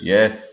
Yes